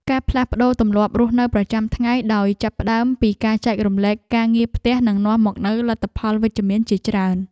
ការផ្លាស់ប្តូរទម្លាប់រស់នៅប្រចាំថ្ងៃដោយចាប់ផ្តើមពីការចែករំលែកការងារផ្ទះនឹងនាំមកនូវលទ្ធផលវិជ្ជមានជាច្រើន។